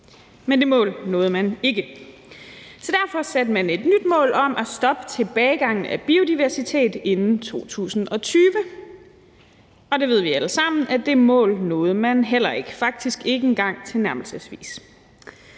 Men de mål nåede man ikke. Derfor satte man et nyt mål om at stoppe tilbagegangen af biodiversitet inden 2020, og det mål ved vi alle sammen at man heller ikke nåede, faktisk ikke engang tilnærmelsesvis.